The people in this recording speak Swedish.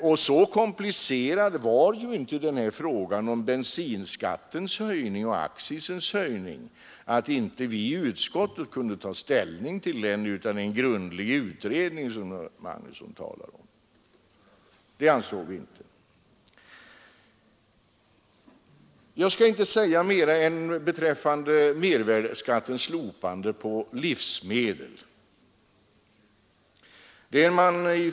Och så komplicerad är inte frågan om bensinskattens och accisens höjning att inte skatteutskottet kunde ta ställning till den utan en grundlig utredning, som herr Magnusson talade om. Vad beträffar slopande av mervärdeskatten på livsmedel vill jag bara säga ett par ord.